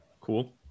cool